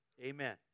Amen